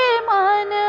um on